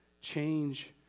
change